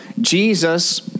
Jesus